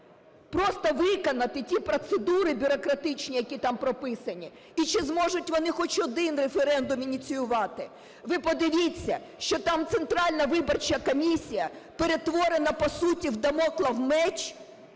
просто виконати ті процедури бюрократичні, які там прописані і чи зможуть вони хоч один референдум ініціювати. Ви подивіться, що там Центральна виборча комісія перетворена по суті в Дамоклів меч